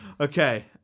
Okay